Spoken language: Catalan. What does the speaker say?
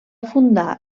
fundar